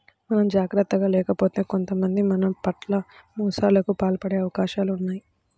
మనం జాగర్తగా లేకపోతే కొంతమంది మన పట్ల మోసాలకు పాల్పడే అవకాశాలు ఉన్నయ్